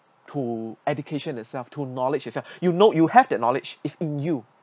to education itself to knowledge yourself you know you have that knowledge if you